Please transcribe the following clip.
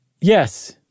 Yes